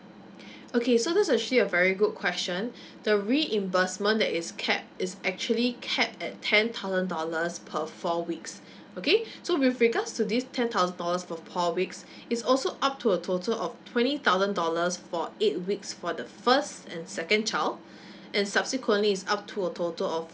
okay so that's actually a very good question the reimbursement that is cap it's actually cap at ten thousand dollars per four weeks okay so with regards to this ten thousand dollars for four weeks is also up to a total of twenty thousand dollars for eight weeks for the first and second child and subsequently is up to a total of